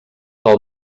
pel